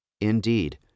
Indeed